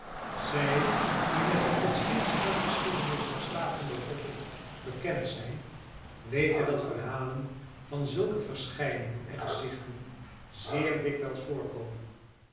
zij die met de godsdienstige geschiedenis der slavenbevolking bekend zijn weten dat verhalen van zulke verschijningen en gezichten zeer dikwijls voorkomen